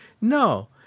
No